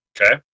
Okay